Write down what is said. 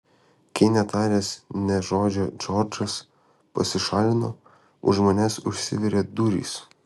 kai netaręs nė žodžio džordžas pasišalino už manęs užsivėrė durys